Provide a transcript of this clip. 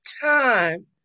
Time